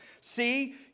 See